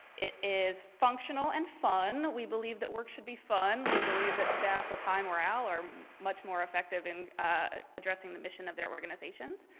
it is functional and fun. we believe that work should be fun. we believe that staff with time morale are much more effective in ah addressing the mission of their organizations.